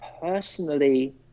personally